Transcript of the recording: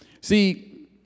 see